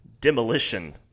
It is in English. demolition